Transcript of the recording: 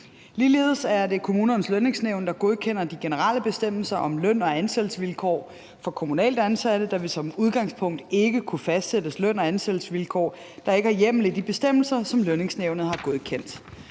Ligeledes er det Kommunernes Lønningsnævn, der godkender de generelle bestemmelser om løn- og ansættelsesvilkår for kommunalt ansatte. Der vil som udgangspunkt ikke kunne fastsættes løn- og ansættelsesvilkår, der ikke har hjemmel i de bestemmelser, som lønningsnævnet har godkendt.